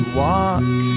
walk